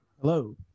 Hello